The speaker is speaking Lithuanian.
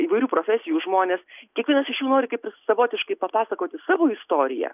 įvairių profesijų žmonės kiekvienas iš jų nori kaip ir savotiškai papasakoti savo istoriją